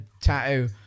tattoo